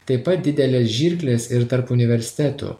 taip pat didelės žirklės ir tarp universitetų